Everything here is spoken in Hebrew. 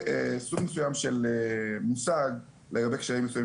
זה סוג מסוים של מושג לגבי קשיים מסוימים